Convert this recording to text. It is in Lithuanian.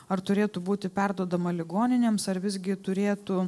ar turėtų būti perduodama ligoninėms ar visgi turėtų